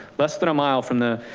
less than a mile from the